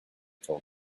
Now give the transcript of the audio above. told